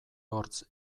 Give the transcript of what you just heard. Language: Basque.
hortz